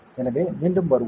எனவே மீண்டும் வருவோம்